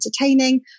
entertaining